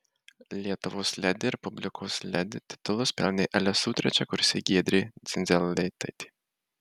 lietuvos ledi ir publikos ledi titulus pelnė lsu trečiakursė giedrė dzindzelėtaitė